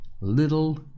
little